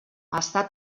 està